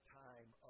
time